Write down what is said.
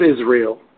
Israel